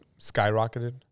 skyrocketed